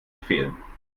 fehlen